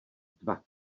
dva